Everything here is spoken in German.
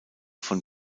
von